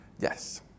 Yes